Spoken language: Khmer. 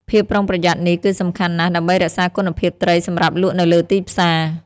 ភាពប្រុងប្រយ័ត្ននេះគឺសំខាន់ណាស់ដើម្បីរក្សាគុណភាពត្រីសម្រាប់លក់នៅលើទីផ្សារ។